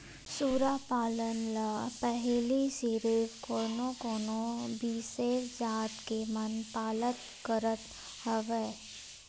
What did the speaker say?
सूरा पालन ल पहिली सिरिफ कोनो कोनो बिसेस जात के मन पालत करत हवय